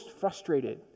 frustrated